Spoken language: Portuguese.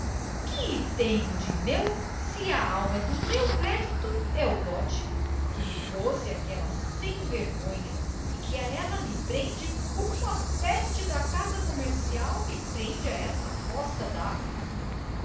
que tenho de meu se a alma do meu crédito é o dote que me trouxe aquela sem-vergonha e que a ela me prende como a peste da casa comercial me prende a esta costa dáfrica